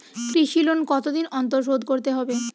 কৃষি লোন কতদিন অন্তর শোধ করতে হবে?